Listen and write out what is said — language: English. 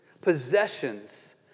Possessions